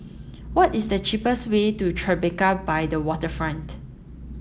what is the cheapest way to Tribeca by the Waterfront